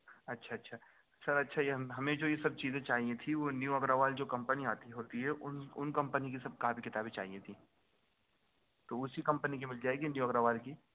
اچھا اچھا سر اچھا یہ ہمیں جو یہ سب چیزیں چاہیے تھیں وہ نیو اگروال جو کمپنی آتی ہوتی ہے ان ان کمپنی کی سب کاپی کتابیں چاہیے تھیں تو اسی کمپنی کی مل جائیں گی نیو اگروال کی